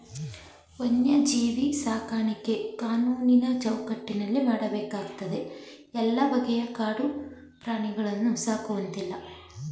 ವನ್ಯಜೀವಿ ಸಾಕಾಣಿಕೆ ಕಾನೂನಿನ ಚೌಕಟ್ಟಿನಲ್ಲಿ ಮಾಡಬೇಕಾಗ್ತದೆ ಎಲ್ಲ ಬಗೆಯ ಕಾಡು ಪ್ರಾಣಿಗಳನ್ನು ಸಾಕುವಂತಿಲ್ಲ